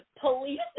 Police